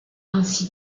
ainsi